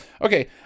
Okay